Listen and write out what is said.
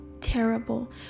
terrible